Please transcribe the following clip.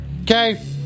okay